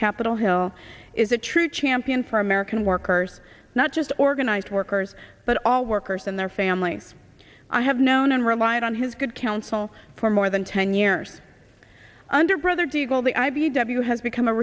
capitol hill is a true champion for american workers not just organized workers but all workers and their families i have known and relied on his good counsel for more than ten years under brother de gaulle the i b e w has become a